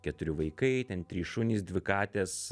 keturi vaikai ten trys šunys dvi katės